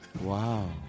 Wow